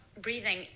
breathing